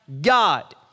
God